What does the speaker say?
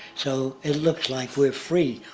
so it looks like we're free.